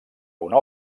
una